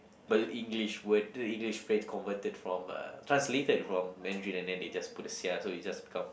what English word the English phase converted from uh translated from Mandarin and then they just put the sia so it's just become